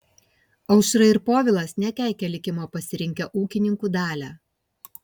aušra ir povilas nekeikia likimo pasirinkę ūkininkų dalią